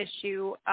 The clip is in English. issue